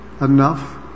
Enough